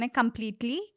completely